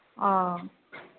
ꯑꯥ